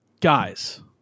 guys